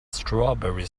strawberry